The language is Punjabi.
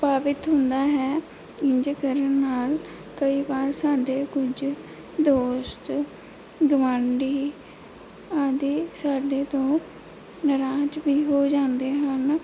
ਪ੍ਰਭਾਵਿਤ ਹੁੰਦਾ ਹੈ ਇੰਝ ਕਰਨ ਨਾਲ ਕਈ ਵਾਰ ਸਾਡੇ ਕੁਝ ਦੋਸਤ ਗਵਾਂਢੀ ਆਦਿ ਸਾਡੇ ਤੋਂ ਨਰਾਜ਼ ਵੀ ਹੋ ਜਾਂਦੇ ਹਨ